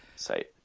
site